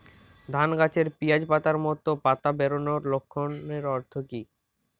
ধানের গাছে পিয়াজ পাতার মতো পাতা বেরোনোর লক্ষণের অর্থ কী?